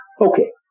okay